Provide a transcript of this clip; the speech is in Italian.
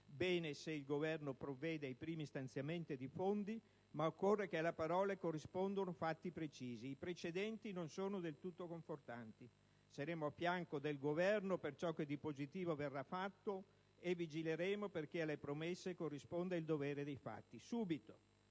bene se il Governo provvede ai primi stanziamenti di fondi, ma occorre che alle parole corrispondano fatti precisi, e i precedenti non sono del tutto confortanti. Saremo a fianco del Governo per ciò che di positivo verrà fatto e vigileremo perché alle promesse corrisponda il dovere dei fatti, subito,